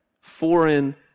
foreign